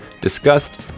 discussed